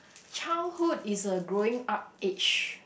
childhood is a growing up age